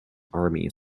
army